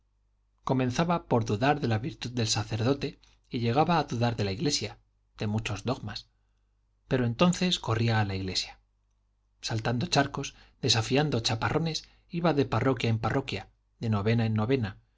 comenzaba por dudar de la virtud del sacerdote y llegaba a dudar de la iglesia de muchos dogmas pero entonces corría a la iglesia saltando charcos desafiando chaparrones iba de parroquia en parroquia de novena en novena